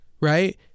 right